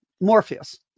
morpheus